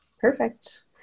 Perfect